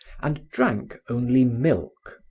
and drank only milk.